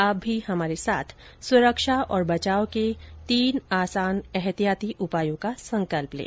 आप भी हमारे साथ सुरक्षा और बचाव के तीन आसान एहतियाती उपायों का संकल्प लें